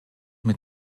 mit